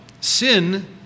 Sin